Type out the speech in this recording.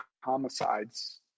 homicides